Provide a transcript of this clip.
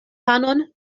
panon